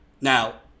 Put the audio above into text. Now